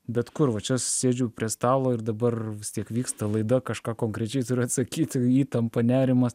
bet kur va čia sėdžiu prie stalo ir dabar vis tiek vyksta laida kažką konkrečiai turiu atsakyt įtampa nerimas